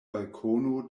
balkono